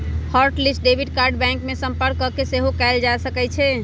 hot list debit card bank में संपर्क कऽके सेहो कएल जा सकइ छै